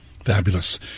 Fabulous